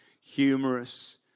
humorous